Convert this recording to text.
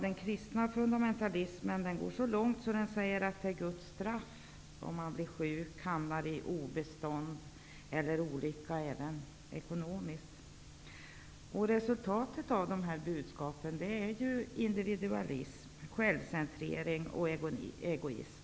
De kristna fundamentalisterna går så långt att de säger att det är Guds straff om man blir sjuk, hamnar i obestånd eller olycka. Resultatet av detta budskap är individualism, självcentrering och egoism.